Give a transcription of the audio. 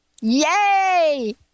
Yay